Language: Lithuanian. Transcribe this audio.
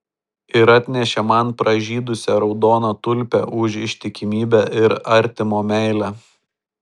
ir atnešė man pražydusią raudoną tulpę už ištikimybę ir artimo meilę